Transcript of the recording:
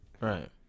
Right